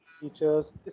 teachers